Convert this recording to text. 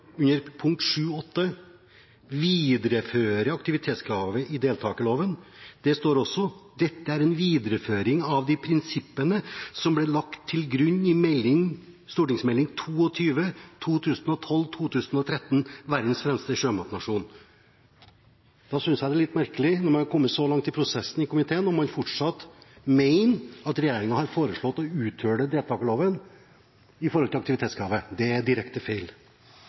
under pkt. «– Videreføre aktivitetskravet i deltakerloven». Det står også: «Dette er en videreføring av de prinsippene som ble lagt til grunn i Meld. St. 22 Verdens fremste sjømatnasjon». Da synes jeg det er litt merkelig når man har kommet så langt i prosessen i komiteen, at man fortsatt mener at regjeringen har foreslått å uthule deltakerloven når det gjelder aktivitetskravet. Det er direkte feil.